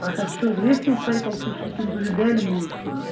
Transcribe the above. اَچھا سُہ چھَا حظ ریٚسِنٛگ سایکل سُہ چھُ کِنہٕ سُہ چھُ ڈیلی یوٗز خٲطرٕ